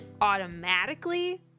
automatically